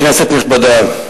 כנסת נכבדה,